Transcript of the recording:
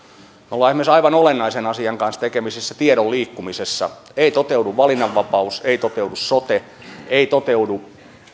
me olemme esimerkiksi aivan olennaisen asian kanssa tekemisissä tiedon liikkumisessa ei toteudu valinnanvapaus ei toteudu sote eivät toteudu